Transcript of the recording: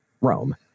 Rome